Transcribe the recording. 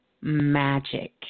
Magic